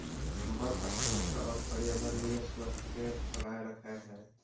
वन अखंडता और पर्यावरणीय स्वास्थ्य के बनाए रखैय हइ